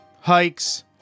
hikes